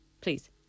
Please